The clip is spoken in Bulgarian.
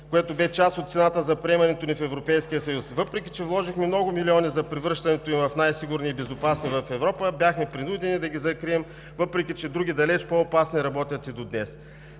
което бе част от цената за приемането ни в Европейския съюз. Въпреки че вложихме много милиони за превръщането им в най-сигурни и безопасни в Европа, бяхме принудени да ги закрием, въпреки че други, далеч по-опасни, работят и до днес.